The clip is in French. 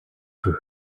peu